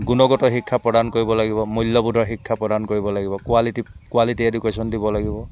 গুণগত শিক্ষা প্ৰদান কৰিব লাগিব মূল্যবোধৰ শিক্ষা প্ৰদান কৰিব লাগিব কুৱালিটি কুৱালিটি এডুকেশ্যন দিব লাগিব